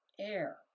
air